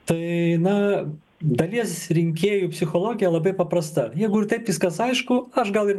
tai na dalies rinkėjų psichologija labai paprasta jeigu ir taip viskas aišku aš gal ir